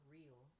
real